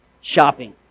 shopping